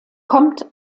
kommt